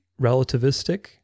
relativistic